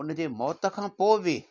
हुन जे मौत खां पोइ बि